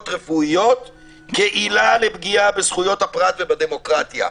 רפואיות כעילה לפגיעה בזכויות הפרט ובדמוקרטיה".